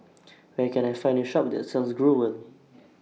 Where Can I Find A Shop that sells Growell